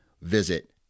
visit